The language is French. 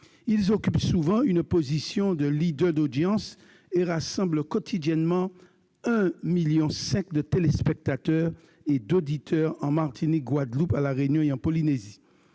Ils occupent souvent une position de leader d'audience et rassemblent quotidiennement 1,5 million de téléspectateurs et d'auditeurs en Martinique, en Guadeloupe, à la Réunion et en Polynésie,